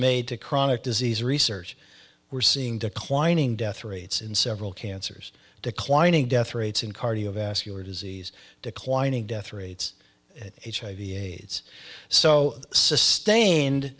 made to chronic disease research we're seeing declining death rates in several cancers declining death rates in cardiovascular disease declining death rates and hiv aids so sustained